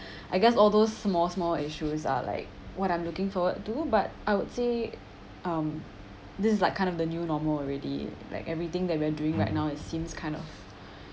I guess all those small small issues ah like what I'm looking forward to do but I would see um this is like kind of the new normal already like everything that we're doing right now it seems kind of